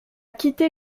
quitté